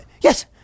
Yes